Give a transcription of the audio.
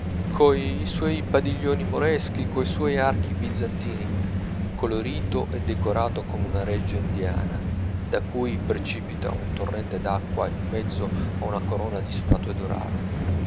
coi suoi padiglioni moreschi coi suoi archi bizantini colorito e decorato come una reggia indiana da cui precipita un torrente d'acqua in mezzo a una corona di statue dorate